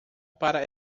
para